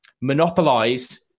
Monopolize